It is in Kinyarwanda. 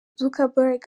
zuckerberg